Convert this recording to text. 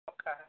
Okay